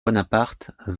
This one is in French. bonaparte